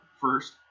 first